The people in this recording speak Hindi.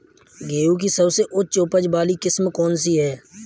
गेहूँ की सबसे उच्च उपज बाली किस्म कौनसी है?